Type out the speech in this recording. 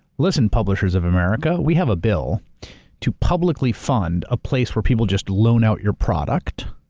listen, publishers of america, we have a bill to publicly fund a place where people just loan out your product,